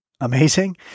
amazing